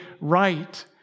right